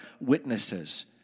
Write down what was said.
witnesses